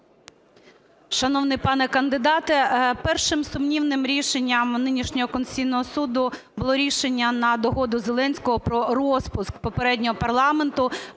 Шановний пане кандидате, першим сумнівним рішенням нинішнього Конституційного Суду було рішення на догоду Зеленському про розпуск попереднього парламенту,